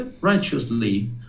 righteously